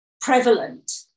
prevalent